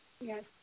Yes